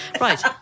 Right